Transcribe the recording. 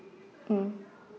mm